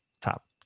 top